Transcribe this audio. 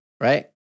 Right